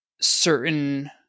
certain